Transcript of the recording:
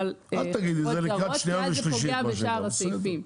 זה פוגע בשאר הסעיפים.